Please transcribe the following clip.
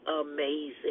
amazing